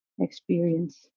experience